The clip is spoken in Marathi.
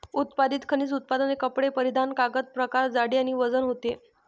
उत्पादित खनिज उत्पादने कपडे परिधान कागद प्रकार जाडी आणि वजन होते